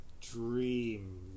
dream